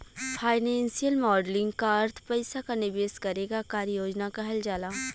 financial modelling क अर्थ पइसा क निवेश करे क कार्य योजना कहल जाला